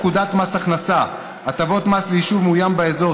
פקודת מס הכנסה (הטבות במס ליישוב מאוים באזור),